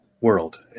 world